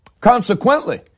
Consequently